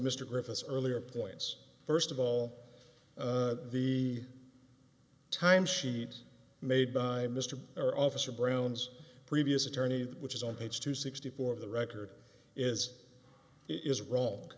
mr griffith earlier points first of all the time sheets made by mr or officer brown's previous attorney which is on page two sixty four of the record is it is wrong